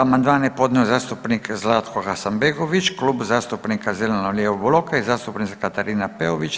Amandmane je podnio zastupnik Zlatko Hasanbegović, Klub zastupnika zeleno-lijevog bloka i zastupnica Katarina Peović.